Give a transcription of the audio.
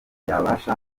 yabasha